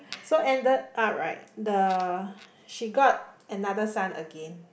so ended up right the she got another son again